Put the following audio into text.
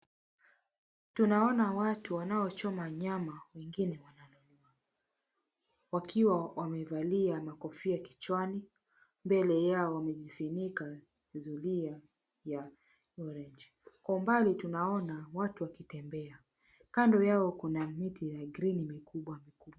Tunaona watu wanaochoma nyama wengine wananunua wakiwa wamevalia kofia kichwani mbele yao wamejifunika zulia ya orange , kwa umbali tunaona watu wakitembea, kando yao kuna miti ya green mikubwa.